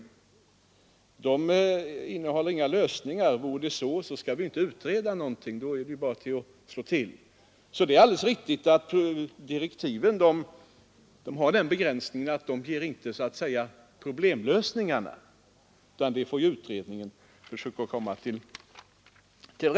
Om de också innehöll lösningar behövde vi ju inte utreda någonting. Då kunde vi bara slå till. Det är sålunda alldeles riktigt att direktiven har den begränsningen att de inte ger några problemlösningar; det får utredningen försöka komma fram till.